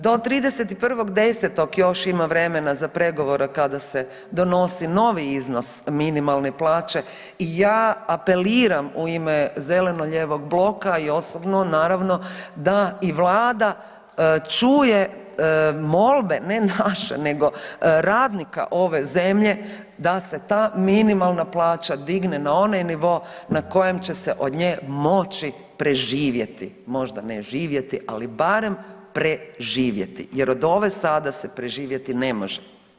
Do 31.10. još ima vremena za pregovore kada se donosi novi iznos minimalne plaće i ja apeliram u ime zeleno-lijevog bloka i osobno naravno da i Vlada čuje molbe ne naže nego radnika ove zemlje da se ta minimalna plaća digne na onaj nivo na kojem će se od nje moći preživjeti, možda ne živjeti, ali barem preživjeti jer ove sada se preživjeti ne može.